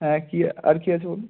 একই আর কী আছে বলুন